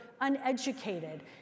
uneducated